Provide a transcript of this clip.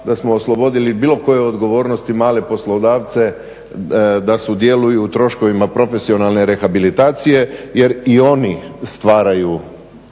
da smo oslobodili bilo koje odgovornosti male poslodavce da su sudjeluju u troškovima profesionalne rehabilitacije jer i oni stvaraju